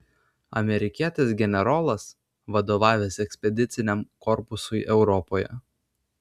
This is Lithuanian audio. amerikietis generolas vadovavęs ekspediciniam korpusui europoje